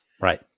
right